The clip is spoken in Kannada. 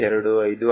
25 ಆಗಿದೆ